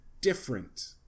different